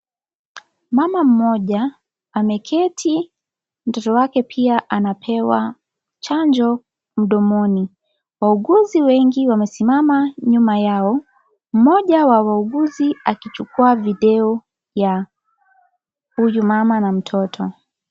Mama mmoja, ameketi. Mtoto wake pia anapewa chanjo mdomoni. Wauguzi wengi wamesimama nyuma yao. Mmoja wa wauguzi akichukua video ya huyu mama na mtoto.